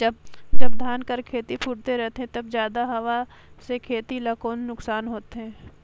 जब धान कर खेती फुटथे रहथे तब जादा हवा से खेती ला कौन नुकसान होथे?